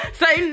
say